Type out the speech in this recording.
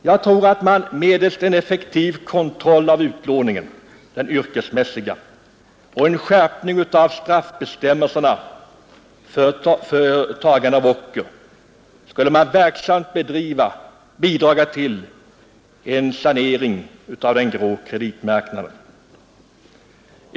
Jag tror att man medelst en effektiv kontroll av den yrkesmässiga utlåningen och en skärpning av straffbestämmelserna för ocker skulle verksamt bidra till en sanering av den grå kreditmarknaden.